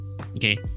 okay